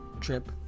trip